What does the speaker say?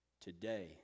today